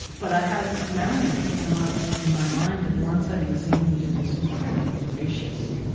but i have this memory that came up in my mind of once having seen him do this incredibly gracious,